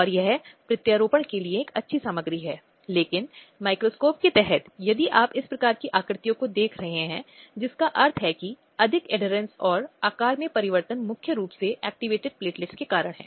बहुत पहले ही व्याख्यानों में हमने लैंगिक समाजीकरण लैंगिक रूढ़ियों की बात की है ये सामाजिक रूढ़िवादिता मुख्य रूप से परिवार में पहले स्तर पर होती है